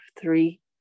three